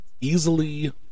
easily